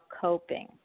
coping